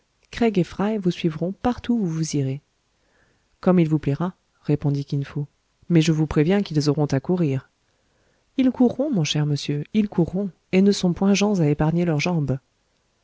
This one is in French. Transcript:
et fry vous suivront partout où vous irez comme il vous plaira répondit kin fo mais je vous préviens qu'ils auront à courir ils courront mon cher monsieur ils courront et ne sont point gens à épargner leurs jambes